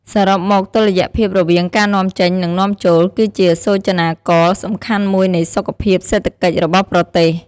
សរុបមក តុល្យភាពរវាងការនាំចេញ និងនាំចូល គឺជាសូចនាករសំខាន់មួយនៃសុខភាពសេដ្ឋកិច្ចរបស់ប្រទេស។